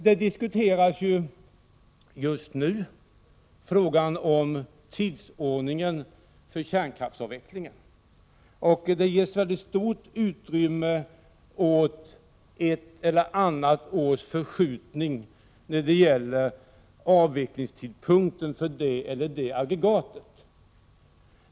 Just nu diskuteras frågan om tidsordningen för kärnkraftsavvecklingen, och man har i debatten givit ett ganska stort utrymme åt frågan om ett eller annat års förskjutning av avvecklingstidpunkten för det eller det aggregatet.